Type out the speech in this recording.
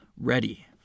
ready